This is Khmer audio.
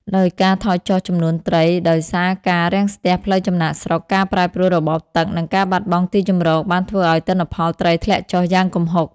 ដោយការថយចុះចំនួនត្រីដោយសារការរាំងស្ទះផ្លូវចំណាកស្រុក ការប្រែប្រួលរបបទឹក និងការបាត់បង់ទីជម្រកបានធ្វើឱ្យទិន្នផលត្រីធ្លាក់ចុះយ៉ាងគំហុក។